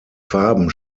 farben